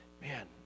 man